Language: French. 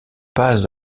pas